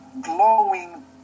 glowing